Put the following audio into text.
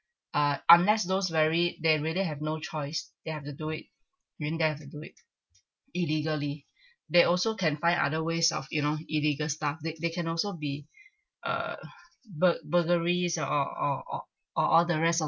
ah unless those very they really have no choice they have to do it meaning they have to do it illegally they also can find other ways of you know illegal stuff they they can also be uh bur~ burglaries or or or or all the rest of